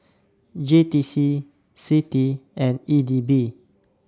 J T C CITI and E D B